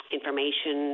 information